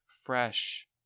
fresh